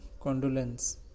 Condolence